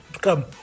come